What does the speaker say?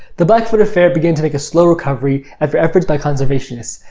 the black-footed ferret began to make a slow recovery after efforts by conservationists.